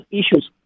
issues